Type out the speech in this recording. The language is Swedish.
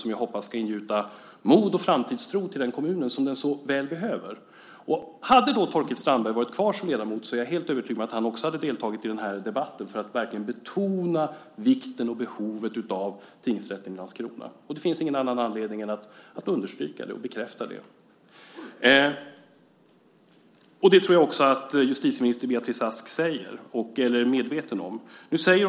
Jag hoppas att de ska ingjuta mod och framtidstro som man så väl behöver i den kommunen. Hade Torkild Strandberg varit kvar som ledamot här är jag helt övertygad om att han också hade deltagit i den här debatten för att verkligen betona vikten och behovet av tingsrätten i Landskrona. Det finns ingen anledning att göra något annat än att understryka och bekräfta det. Jag tror att även justitieminister Beatrice Ask är medveten om det.